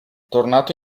tornato